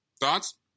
Thoughts